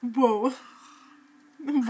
Whoa